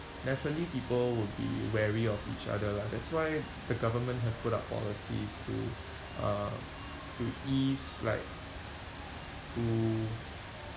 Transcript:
definitely people would be wary of each other lah that's why the government has put up policies to uh to ease like to